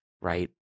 right